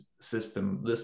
system